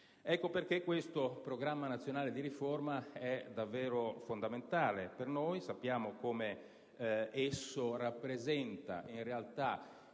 Ecco perché questo Programma nazionale di riforma è davvero fondamentale per noi. Sappiamo che esso rappresenta in realtà